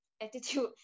attitude